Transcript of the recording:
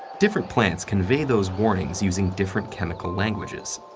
different plants convey those warnings using different chemical languages.